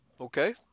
Okay